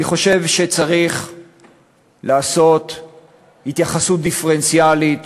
אני חושב שצריך לעשות התייחסות דיפרנציאלית